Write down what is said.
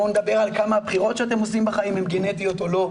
בואו נדבר על כמה הבחירות שאתם עושים בחיים הן גנטיות או לא,